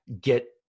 get